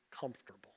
comfortable